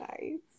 Nice